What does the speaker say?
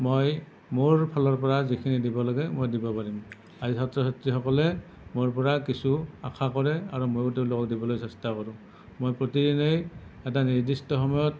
মই মোৰ ফালৰ পৰা যিখিনি দিব লাগে মই দিব পাৰিম আজি ছাত্ৰ ছাত্ৰীসকলে মোৰ পৰা কিছু আশা কৰে আৰু মইয়ো তেওঁলোকক দিবলৈ চেষ্টা কৰোঁ মই প্ৰতিদিনেই এটা নিৰ্দিষ্ট সময়ত